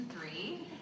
three